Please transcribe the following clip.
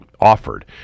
offered